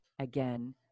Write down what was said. again